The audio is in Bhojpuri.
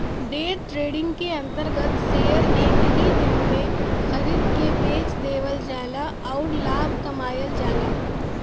डे ट्रेडिंग के अंतर्गत शेयर एक ही दिन में खरीद के बेच देवल जाला आउर लाभ कमायल जाला